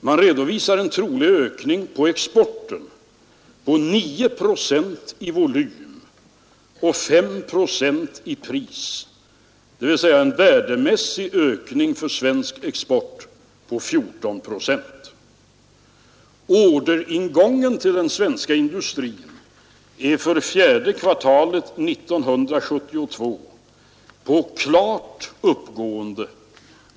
Man redovisar en trolig ökning av exporten med 9 procent i volym och 5 procent i pris, dvs. en värdemässig ökning för svensk export på 14 procent. Orderingången till den svenska industrin är för fjärde kvartalet 1972 i klart uppgående.